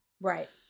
Right